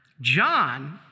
John